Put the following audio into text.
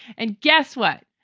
and guess what?